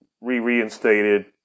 re-reinstated